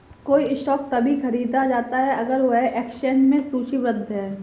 कोई स्टॉक तभी खरीदा जाता है अगर वह एक्सचेंज में सूचीबद्ध है